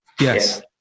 yes